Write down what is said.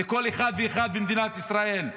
זה כל אחד ואחד במדינת ישראל,